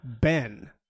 Ben